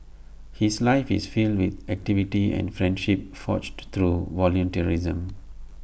his life is filled with activity and friendships forged through volunteerism